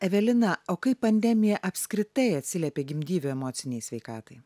evelina o kaip pandemija apskritai atsiliepė gimdyvių emocinei sveikatai